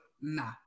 Nah